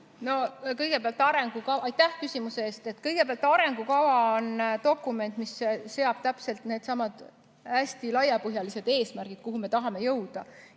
Kõigepealt, arengukava on dokument, mis seab täpselt needsamad hästi laiapõhjalised eesmärgid, kuhu me tahame jõuda.